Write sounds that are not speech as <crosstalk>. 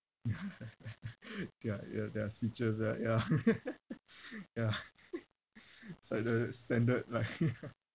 ya <laughs> ya ya their speeches right ya <laughs> ya <laughs> it's like the standard line <laughs>